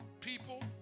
people